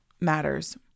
Matters